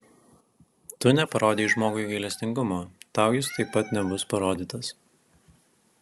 tu neparodei žmogui gailestingumo tau jis taip pat nebus parodytas